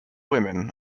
women